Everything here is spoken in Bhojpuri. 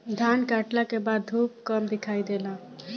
धान काटला के बाद धूप कम दिखाई देला